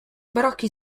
barocchi